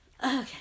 Okay